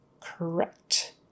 correct